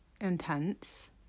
intense